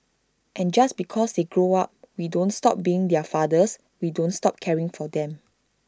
and just because they grow up we don't stop being their fathers we don't stop caring for them